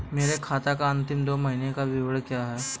मेरे खाते का अंतिम दो महीने का विवरण क्या है?